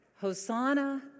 Hosanna